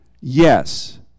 Yes